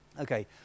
okay